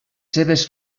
seves